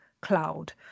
cloud